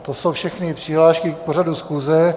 To jsou všechny přihlášky k pořadu schůze.